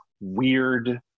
weird